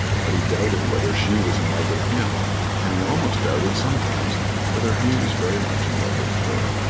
but he doubted whether she was in love with him and he almost doubted sometimes whether he was very much in love with her.